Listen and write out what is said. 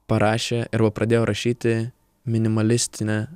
parašė arba pradėjo rašyti minimalistinę